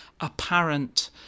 apparent